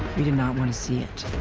we did not want to see it.